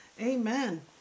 Amen